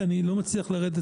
כי אני לא מצליח לרדת